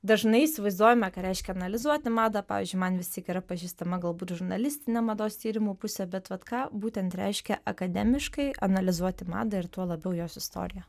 dažnai įsivaizduojame ką reiškia analizuoti madą pavyzdžiui man vis tik yra pažįstama galbūt žurnalistinė mados tyrimų pusė bet vat ką būtent reiškia akademiškai analizuoti madą ir tuo labiau jos istoriją